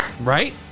right